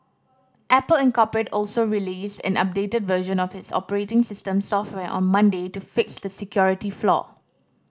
Apple Incorporate also released an updated version of its operating system software on Monday to fix the security flaw